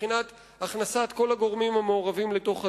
מבחינת הכנסת כל הגורמים המעורבים לתוך הדיון.